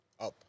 up